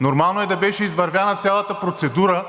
Нормално е да беше извървяна цялата процедура,